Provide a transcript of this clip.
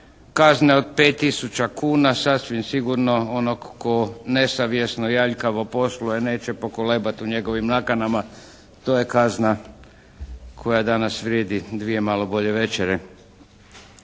Kazne od pet tisuća kuna, sasvim sigurno onog tko nesavjesno i aljkavo posluje neće pokolebat u njegovim nakanama. To je kazna koja danas vrijedi dvije malo bolje večere.